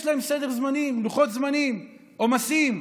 יש להם סדר זמנים, לוחות זמנים, עומסים.